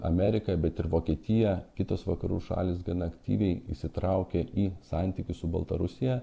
amerika bet ir vokietija kitos vakarų šalys gana aktyviai įsitraukė į santykius su baltarusija